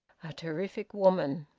a terrific woman!